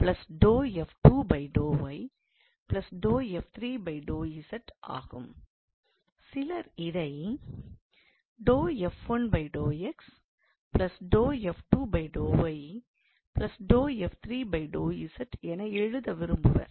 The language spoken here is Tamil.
சிலர் இதை என்று எழுத விரும்புவர்